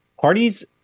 Parties